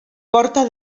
porta